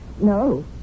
No